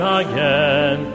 again